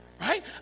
right